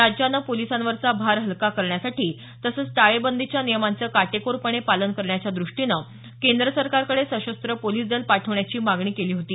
राज्यानं पोलिसांवरचा भार हलका करण्यासाठी तसंच टाळेबंदीच्या नियमांचं काटेकोरपणे पालन करण्याच्या दृष्टीनं केंद्र सरकारकडे सशस्त्र पोलिस दल पाठवण्याची मागणी केली होती